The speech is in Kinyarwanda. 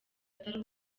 atari